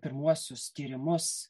pirmuosius tyrimus